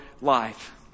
life